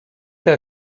que